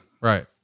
right